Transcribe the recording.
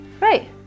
Right